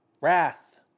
wrath